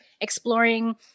exploring